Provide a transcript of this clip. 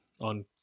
on